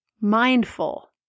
mindful